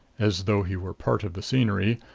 as though he were part of the scenery,